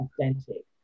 authentic